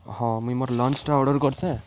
ହଁ ମୁଇଁ ମୋର୍ ଲଞ୍ଚ୍ଟା ଅର୍ଡ଼ର୍ କରିଚେଁ